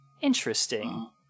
interesting